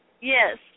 Yes